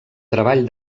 treball